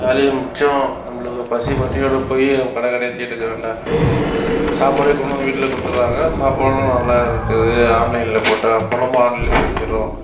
வேலையும் மிச்சம் நம்மளுக்கு பசி பட்டினியோட போய் கடை கடையாக தேடிகிட்டு இருக்க வேண்டாம் சாப்பாடே கொண்டு வந்து வீட்டில் கொடுத்தர்றாங்க சாப்பாடும் நல்லா இருக்குது ஆன்லைனில் போட்டால் பணமும் ஆன்லைன்லேயே செலுத்திடுறோம்